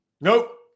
Nope